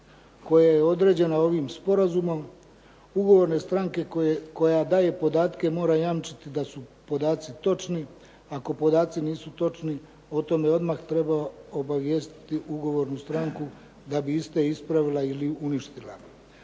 koja je određena ovim sporazumom. Ugovorna stranka koja daje podatke mora jamčiti da su podaci točni. Ako podaci nisu točni o tome odmah treba obavijestiti ugovornu stranku da bi iste ispravila ili uništila.